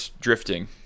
drifting